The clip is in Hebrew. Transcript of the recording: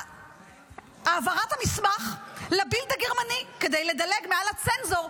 העברת המסמך לבילד הגרמני כדי לדלג מעל הצנזור,